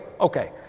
Okay